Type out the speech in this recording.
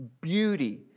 beauty